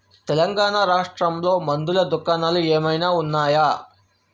తెలంగాణా రాష్ట్రంలో మందుల దుకాణాలు ఏమైనా ఉన్నాయా